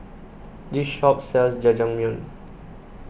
the shop sells Jajangmyeon